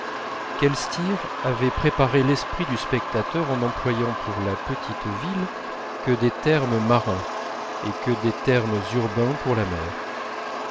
qu'elstir avait préparé l'esprit du spectateur en n'employant pour la petite ville que des termes marins et que des termes urbains pour la mer